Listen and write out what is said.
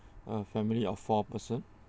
a family of four person